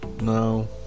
No